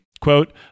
quote